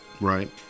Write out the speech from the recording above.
Right